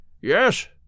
Yes